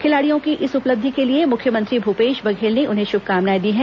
खिलाड़ियों की इस उपलब्धि के लिए मुख्यमंत्री भूपेश बघेल ने उन्हें शुभकामनाएं दी हैं